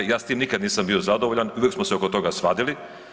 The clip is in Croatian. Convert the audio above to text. Ja s tim nikad nisam bio zadovoljan, uvijek smo se oko toga svadili.